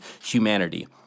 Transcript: humanity